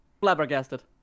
flabbergasted